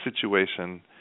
situation